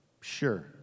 Sure